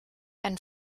einen